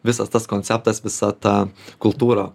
visas tas konceptas visa ta kultūrą